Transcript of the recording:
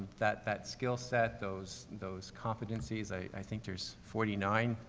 that, that skill set, those, those competencies i, i think there's forty nine,